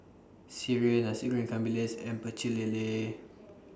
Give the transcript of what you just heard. Sireh Nasi Goreng Ikan Bilis and Pecel Lele